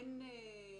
אדוני,